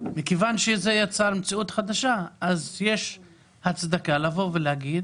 מכיוון שזה יצר מציאות חדשה, יש הצדקה לבוא ולהגיד